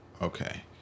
okay